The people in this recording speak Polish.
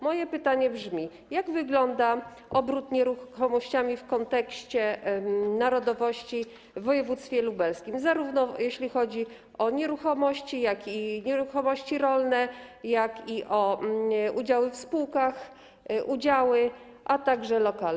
Moje pytanie brzmi: Jak wygląda obrót nieruchomościami w kontekście narodowości w województwie lubelskim, jeśli chodzi o zarówno nieruchomości, jak i nieruchomości rolne, udziały w spółkach, udziały, a także lokale?